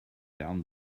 down